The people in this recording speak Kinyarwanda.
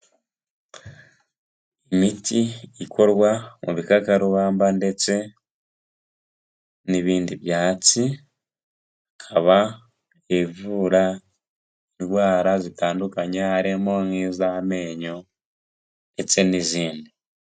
Imiti ikorwa mu bikakarubamba ndetse n'ibindi byatsi, ikaba ivura indwara zitandukanye harimo nk'iz'amenyo ndetse n'izindi.